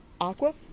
Aqua